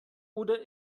oder